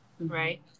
Right